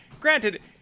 granted